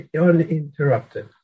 uninterrupted